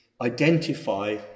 identify